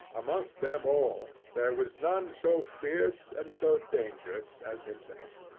amongst them all there was none so fierce and so dangerous as himself.